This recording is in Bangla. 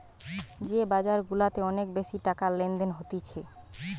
যে বাজার গুলাতে অনেক বেশি টাকার লেনদেন হতিছে